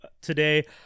today